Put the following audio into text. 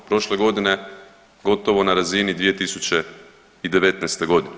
Prošle godine gotovo na razini 2019. godine.